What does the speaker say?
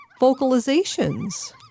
vocalizations